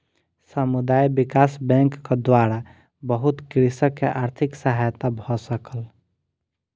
समुदाय विकास बैंकक द्वारा बहुत कृषक के आर्थिक सहायता भ सकल